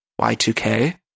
Y2K